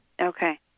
Okay